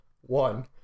one